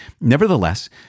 Nevertheless